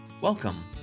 Welcome